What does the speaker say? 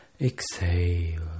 Exhale